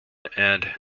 and